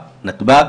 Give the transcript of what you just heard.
בנתב"ג,